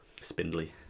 spindly